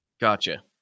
Gotcha